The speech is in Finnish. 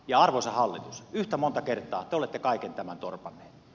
arvoisa hallitus yhtä monta kertaa te olette kaiken tämän torpanneet